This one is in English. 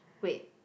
wait